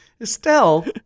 Estelle